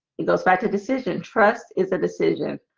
he goes back to decision trust is a decision